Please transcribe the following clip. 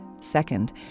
Second